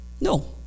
No